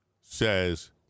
says